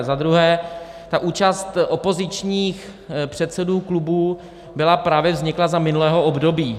Za druhé, ta účast opozičních předsedů klubů právě vznikla za minulého období.